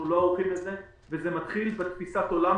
אנחנו לא ערוכים לזה וזה מתחיל בתפיסת העולם